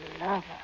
lover